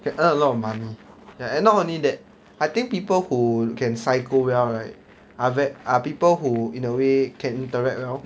can earn a lot of money and not only that I think people who can psycho well right are ve~ are people who in a way can interact well